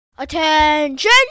Attention